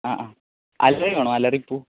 ആ ആ അലറി വേണോ അലറിപ്പൂ